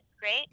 Great